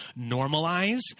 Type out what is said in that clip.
normalize